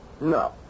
No